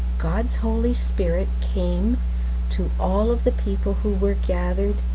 god's holy spirit came to all of the people who were gathered,